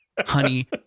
honey